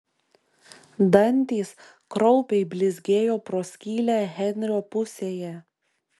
dantys kraupiai blizgėjo pro skylę henrio pusėje